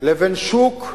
לבין שוק,